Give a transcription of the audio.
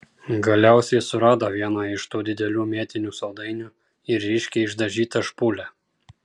galiausiai surado vieną iš tų didelių mėtinių saldainių ir ryškiai išdažytą špūlę